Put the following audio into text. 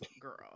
girl